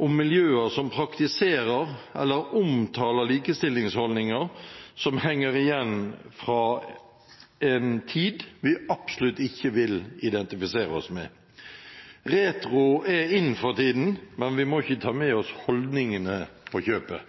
om miljøer som praktiserer eller omtaler likestillingsholdninger som henger igjen fra en tid vi absolutt ikke vil identifisere oss med. Retro er in for tiden, men vi må ikke ta med oss holdningene på kjøpet.